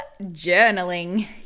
journaling